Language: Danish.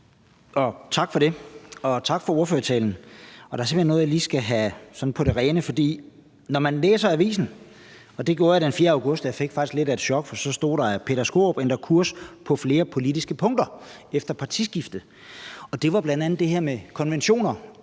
Tak for det. Og tak for ordførertalen. Der er simpelt hen noget, jeg lige skal have sådan på det rene, for da jeg læste avisen den 4. august, fik jeg faktisk lidt af et chok, for der stod, at »Peter Skaarup ændrer kurs på flere politiske punkter efter partiskiftet«. Og det var bl.a. det her med konventioner,